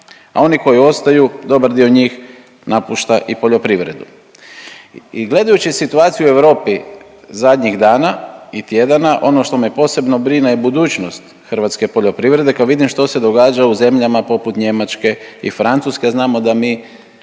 a oni koji ostaju dobar dio njih napušta i poljoprivredu. I gledajući situaciju u Europi zadnjih dana i tjedana ono što me posebno brine je budućnost hrvatske poljoprivrede kad vidim što se događa u zemljama poput Njemačke i Francuske, a znamo da mi